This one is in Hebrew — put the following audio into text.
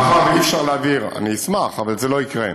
מאחר שאי-אפשר, אני אשמח, אבל זה לא יקרה,